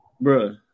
bro